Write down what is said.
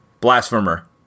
Blasphemer